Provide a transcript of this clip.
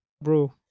bro